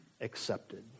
accepted